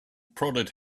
prodded